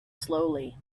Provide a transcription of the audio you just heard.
slowly